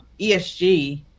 ESG